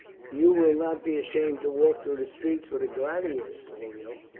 you will not be ashamed to walk through the streets with a gladiator, pollio?